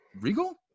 regal